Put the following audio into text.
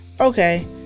okay